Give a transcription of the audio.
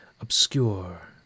obscure